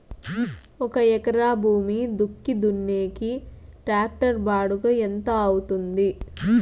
ఒక ఎకరా భూమి దుక్కి దున్నేకి టాక్టర్ బాడుగ ఎంత అవుతుంది?